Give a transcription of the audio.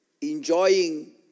Enjoying